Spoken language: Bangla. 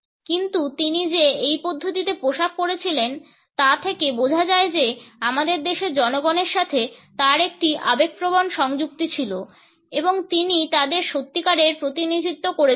কিন্তু তিনি যে এই পদ্ধতিতে পোশাক পরেছিলেন তা থেকে বোঝা যায় যে আমাদের দেশের জনগণের সাথে তার একটি আবেগপ্রবণ সংযুক্তি ছিল এবং তিনি তাদের সত্যিকারের প্রতিনিধিত্ব করেছিলেন